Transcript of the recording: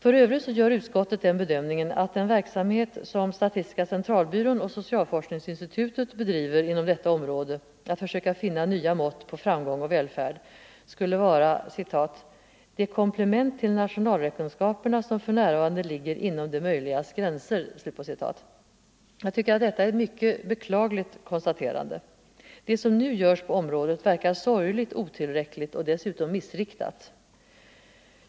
För övrigt gör utskottet den bedömningen Ge att den verksamhet som statistiska centralbyrån och socialforskningsinstitutet bedriver inom detta område, nämligen att försöka finna nya mått på framgång och välfärd, skulle vara ”de komplement till nationalräkenskaperna som f. n. ligger inom det möjligas gränser”. Jag tycker att detta är ett mycket beklagligt konstaterande. Det som nu görs på området verkar sorgligt otillräckligt och dessutom missriktat.